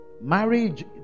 marriage